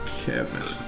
Kevin